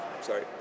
sorry